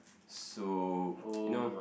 so you know